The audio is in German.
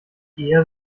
eher